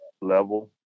level